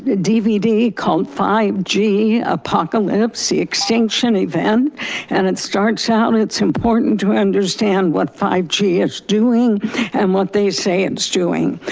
dvd called five g apocalypse, the extinction event and it starts out it's important to understand what five g is doing and what they say it's doing.